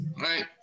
right